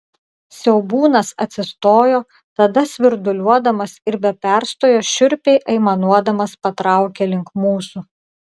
siaubūnas atsistojo tada svirduliuodamas ir be perstojo šiurpiai aimanuodamas patraukė link mūsų